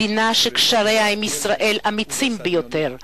מדינה שקשריה עם ישראל אמיצים ביותר,